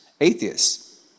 atheists